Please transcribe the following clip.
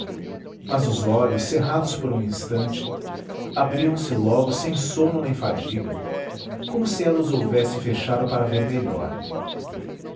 mas os olhos cerrados por um instante abriam-se logo sem sono nem fadiga como se ela os houvesse fechado para ver melhor